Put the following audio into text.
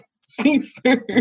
seafood